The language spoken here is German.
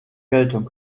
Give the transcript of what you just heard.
geltung